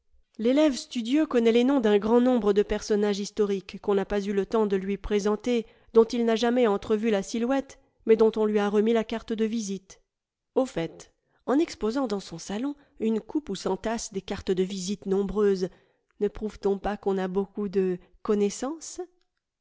l'élève studieux connaît les noms d'un grand nombre de personnages historiques qu'on n'a pas eu le temps de lui présenter dont il n'a jamais entrevu la silhouette mais dont on lui a remis la carte de visite